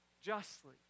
Justly